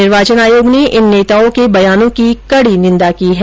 निर्वाचन आयोग ने इन नेताओं के बयानों की कडी निन्दा की है